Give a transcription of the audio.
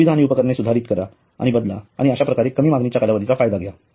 सुविधा आणि उपकरणे सुधारित करा किंवा बदला आणि अश्याप्रकारे कमी मागणीच्या कालावधीचा फायदा घ्या